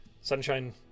Sunshine